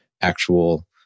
actual